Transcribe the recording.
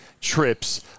trips